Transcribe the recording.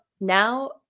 now